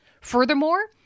Furthermore